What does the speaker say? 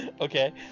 Okay